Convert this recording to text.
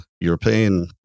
European